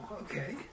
okay